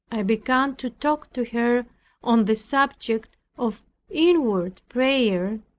i began to talk to her on the subject of inward prayer,